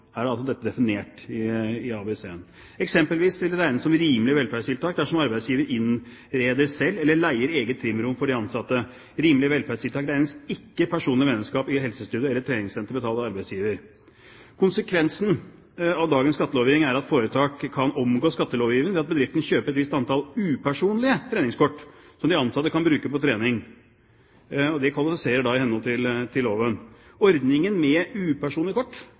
Her er altså dette definert i ABC-en. Eksempelvis vil det regnes som rimelig velferdstiltak dersom arbeidsgiver selv innreder eller leier eget trimrom for de ansatte. Som rimelig velferdstiltak regnes ikke personlig medlemskap i helsestudio eller treningssenter betalt av arbeidsgiver. Konsekvensen av dagens skattelovgivning er at foretak kan omgå skattelovgivningen ved at bedriftene kjøper et visst antall upersonlige treningskort som de ansatte kan bruke på trening. Det kvalifiserer i henhold til loven. Ordningen med upersonlige kort